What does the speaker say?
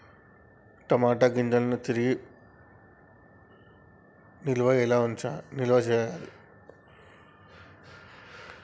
టమాట గింజలను మళ్ళీ తిరిగి నిల్వ ఎలా చేయాలి?